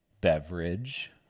beverage